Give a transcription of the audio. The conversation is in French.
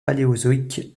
paléozoïque